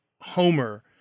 Homer